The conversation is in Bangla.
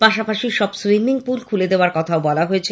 পাশাপাশি সব সুইমিংপুল খুলে দেওয়ার কথা বলা হয়েছে